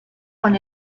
con